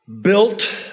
built